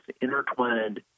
intertwined